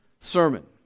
sermon